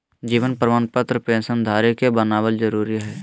जीवन प्रमाण पत्र पेंशन धरी के बनाबल जरुरी हइ